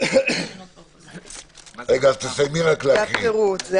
זה הפירוט.